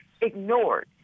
ignored